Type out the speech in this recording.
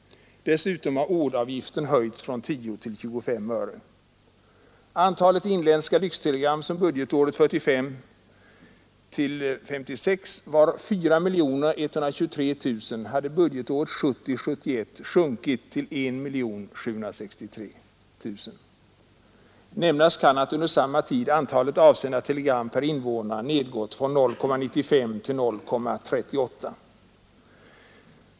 Dessutom har ordavgiften höjts från 10 till 25 öre. Antalet inländska lyxtelegram, som budgetåret 1945 71 sjunkit till I 763 000. Jag kan nämna att under samma tid antalet avsända telegram per invånare hade gått ned från 0,95 till 0,38.